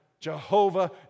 Jehovah